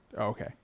Okay